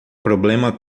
problema